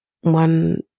one